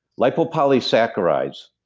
lipopolysaccharides.